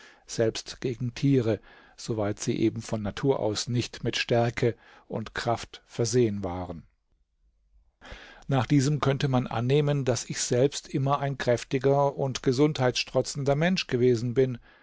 selbst gegen tiere soweit sie eben von natur aus nicht mit stärke und kraft versehen waren nach diesem könnte man annehmen daß ich selbst immer ein kräftiger und gesundheitsstrotzender mensch gewesen bin